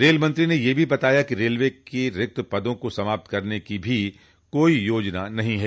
रेलमंत्री ने यह भी बताया कि रेलवे की रिक्त पदों को समाप्त करने की भी कोई योजना नहीं है